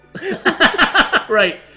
Right